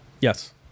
yes